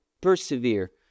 persevere